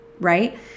Right